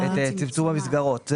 את צמצום המסגרות.